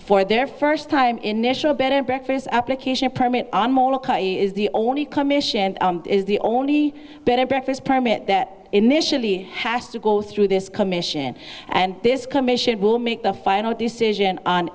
for their first time initial bed and breakfast application apartment is the only commission is the only bit of breakfast permit that initially has to go through this commission and this commission will make the final decision on